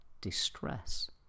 distress